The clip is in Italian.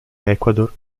ecuador